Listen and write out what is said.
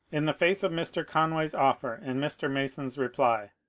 in the face of mr. conway's offer and mr. mason's reply,